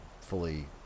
fully